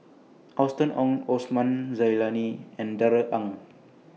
Austen Ong Osman Zailani and Darrell Ang